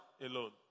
alone